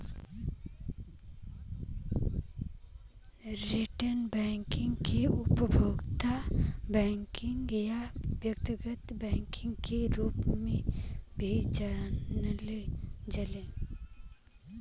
retail banking के उपभोक्ता banking या व्यक्तिगत बैंकिंग के रूप में भी जानल जाला